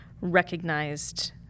recognized